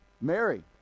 Mary